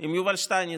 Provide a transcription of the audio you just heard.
עם יובל שטייניץ,